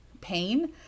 pain